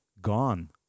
gone